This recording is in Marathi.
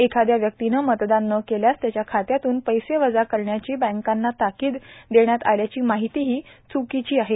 एखाद्या व्यक्तिने मतदान न केल्यास त्याच्या खात्यातून पैसे वजा करण्याची बँकांना ताकीद देण्यात आल्याची माहितीही च्कीची आहे